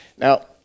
Now